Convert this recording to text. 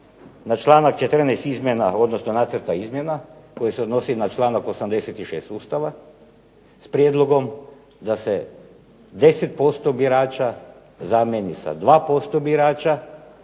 na članak 14. nacrta izmjena koji se odnosi na članak 86. Ustava s prijedlogom da se 10% birača zamijeni sa 2% birača